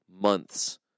months